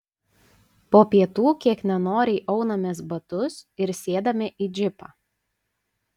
po pietų kiek nenoriai aunamės batus ir sėdame į džipą